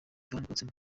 volkswagen